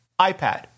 iPad